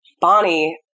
Bonnie